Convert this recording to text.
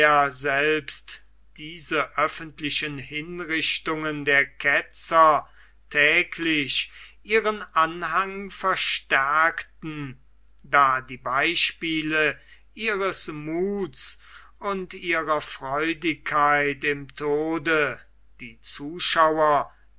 selbst diese öffentlichen hinrichtungen der ketzer täglich ihren anhang verstärkten da die beispiele ihres muths und ihrer freudigkeit im tode die zuschauer